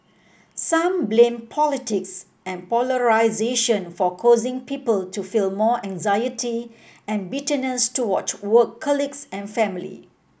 some blame politics and polarisation for causing people to feel more anxiety and bitterness toward work and family